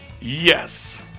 Yes